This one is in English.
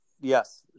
yes